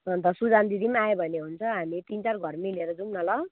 अन्त सुजान दिदी पनि आयो भने हुन्छ हामी तिनचार घर मिलेर जाउँ न ल